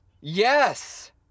Yes